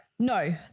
No